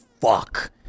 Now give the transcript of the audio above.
fuck